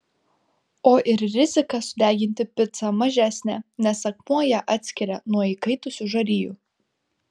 o ir rizika sudeginti picą mažesnė nes akmuo ją atskiria nuo įkaitusių žarijų